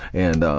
and